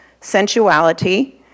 sensuality